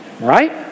Right